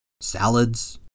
salads